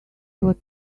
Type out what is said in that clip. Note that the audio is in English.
what